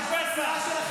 אף אחד לא רוצה לעזור לך.